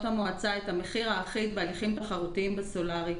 המועצה את המחיר האחיד בהליכים תחרותיים בסולארי,